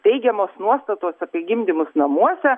teigiamos nuostatos apie gimdymus namuose